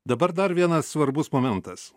dabar dar vienas svarbus momentas